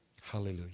Hallelujah